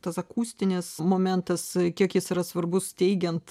tas akustinis momentas kiek jis yra svarbus steigiant